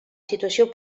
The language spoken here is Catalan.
situació